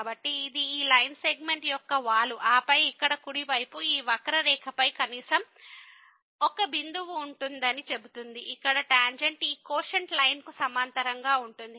కాబట్టి ఇది ఈ లైన్ సెగ్మెంట్ యొక్క వాలు ఆపై ఇక్కడ కుడి వైపు ఈ వక్రరేఖపై కనీసం ఒక బిందువు ఉంటుందని చెబుతుంది ఇక్కడ టాంజెంట్ ఈ కోషంట్ లైన్ కు సమాంతరంగా ఉంటుంది